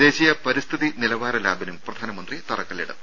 ദേശീയ പരിസ്ഥിതി നിലവാര ലാബിനും പ്രധാനമന്ത്രി തറക്കല്ലിടും